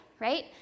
right